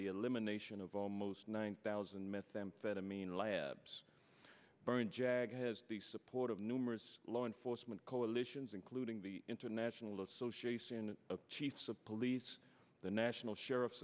the elimination of almost one thousand methamphetamine labs brian jag has the support of numerous law enforcement coalitions including the international association of chiefs of police the national sheriff